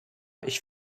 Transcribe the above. ich